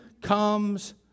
comes